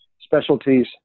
specialties